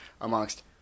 amongst